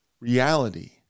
reality